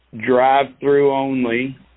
drive-through-only